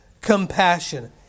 compassion